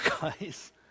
guys